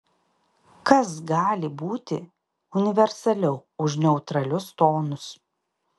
kas gali būti universaliau už neutralius tonus